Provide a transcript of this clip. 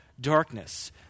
darkness